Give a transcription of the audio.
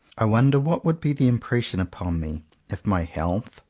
i wonder what would be the impression upon me if my health,